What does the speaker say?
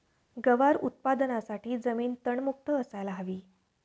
गवार उत्पादनासाठी जमीन तणमुक्त असायला हवी